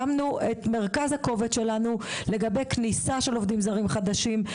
שמנו את מרכז הכובד שלנו על המשך כניסה וגיוס של עובדים זרים חדשים.